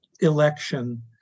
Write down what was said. election